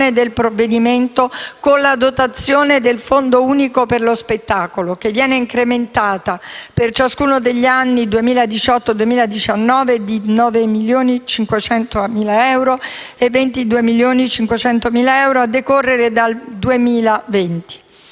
dal provvedimento, con la dotazione del Fondo unico per lo spettacolo, che viene incrementata, per ciascuno degli anni 2018 e 2019, di 9.500.000 euro e di 22.500.000 euro a decorrere dal 2020.